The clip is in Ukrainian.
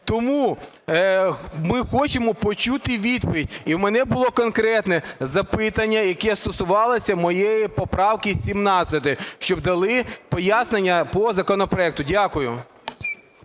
Тому ми хочемо почути відповідь, і в мене було конкретне запитання, яке стосувалося моєї поправки 17, щоб дали пояснення по законопроекту. Дякую.